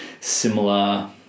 similar